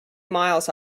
miles